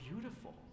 beautiful